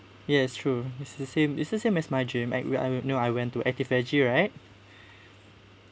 yes true it's the same it's the same as my gym and we and know I went to activage right